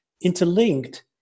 Interlinked